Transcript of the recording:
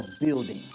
building